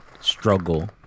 struggle